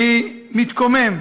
אני מתקומם